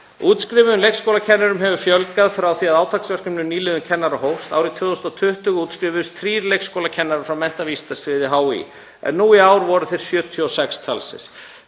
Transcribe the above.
Útskrifuðum leikskólakennurum hefur fjölgað frá því að átaksverkefni um nýliðun kennara hófst. Árið 2020 útskrifuðust þrír leikskólakennarar frá menntavísindasviði HÍ en nú í ár voru þeir 76 talsins.